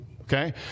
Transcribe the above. okay